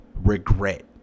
regret